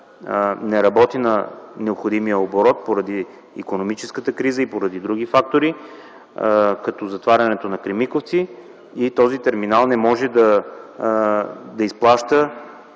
не работи на необходимия оборот поради икономическата криза и поради други фактори – като затварянето на „Кремиковци”, и този терминал не може да изплаща